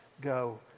go